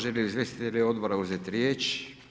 Žele li izvjestitelji odbora uzeti riječ?